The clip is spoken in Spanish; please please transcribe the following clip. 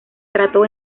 trató